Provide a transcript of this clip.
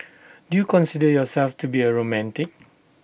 do you consider yourself to be A romantic